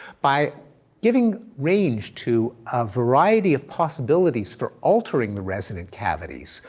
by giving range to a variety of possibilities for alternating the resonant cavities,